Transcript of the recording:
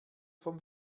vom